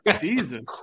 Jesus